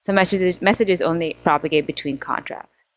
so messages messages only propagate between contracts.